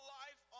life